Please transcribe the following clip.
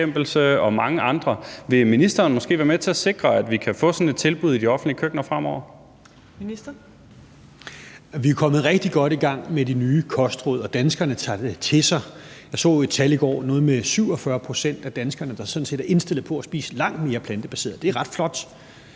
Vi er jo kommet rigtig godt i gang med de nye kostråd, og danskerne tager dem til sig. Jeg så i går et tal, der viste, at omkring 47 pct. af danskerne sådan set er indstillet på at spise langt mere plantebaseret. Det er ret flot.